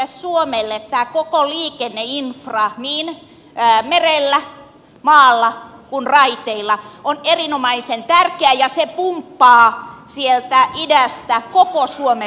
kaakkoiselle suomelle tämä koko liikenneinfra niin merellä maalla kuin raiteillakin on erinomaisen tärkeä ja se pumppaa sieltä idästä koko suomelle hyvinvointia